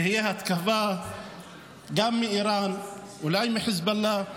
תהיה התקפה גם מאיראן, אולי מחיזבאללה,